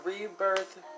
rebirth